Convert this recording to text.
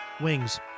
Wings